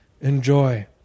Enjoy